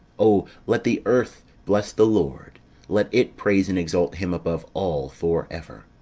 o let the earth bless the lord let it praise and exalt him above all for ever.